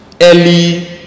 early